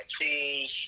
tools